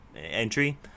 entry